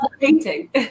painting